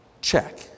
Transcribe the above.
check